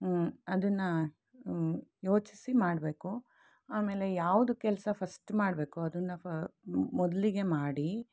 ಅದನ್ನ ಯೋಚಿಸಿ ಮಾಡಬೇಕು ಆಮೇಲೆ ಯಾವುದು ಕೆಲಸ ಫಸ್ಟ್ ಮಾಡಬೇಕೊ ಅದನ್ನ ಮೊದಲಿಗೆ ಮಾಡಿ